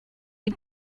had